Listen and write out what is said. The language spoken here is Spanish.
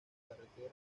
carretera